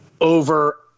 over